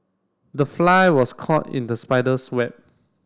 the fly was caught in the spider's web